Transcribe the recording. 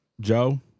Joe